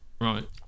right